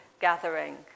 gathering